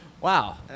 Wow